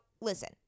listen